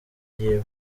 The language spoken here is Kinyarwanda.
yiwe